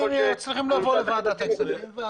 צריכים ללכת לוועדת הכספים.